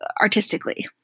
artistically